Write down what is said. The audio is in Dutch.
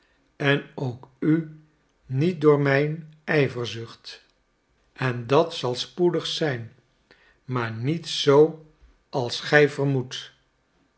en ook u niet door mijn ijverzucht en dat zal spoedig zijn maar niet zoo als gij vermoedt